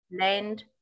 land